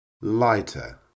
lighter